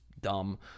dumb